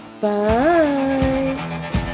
Bye